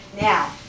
Now